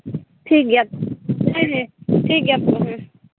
ᱴᱷᱤᱠ ᱜᱮᱭᱟ ᱦᱮᱸ ᱦᱮᱸ ᱴᱷᱤᱠ ᱜᱮᱭᱟ ᱛᱚᱵᱮ ᱦᱮᱸ